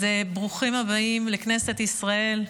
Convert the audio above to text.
אז ברוכים הבאים לכנסת ישראל,